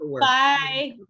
Bye